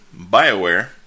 Bioware